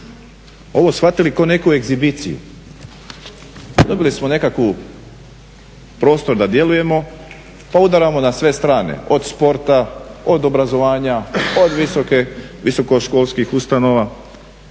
ovo shvatili kao nekakvu egzibiciju. Dobili smo nekakav prostor da djelujemo pa udaramo na sve strane od sporta, od obrazovanja, od visokoškolskih ustanova,